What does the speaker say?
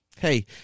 Hey